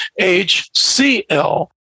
HCl